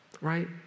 right